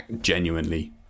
genuinely